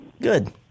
Good